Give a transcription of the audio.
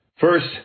First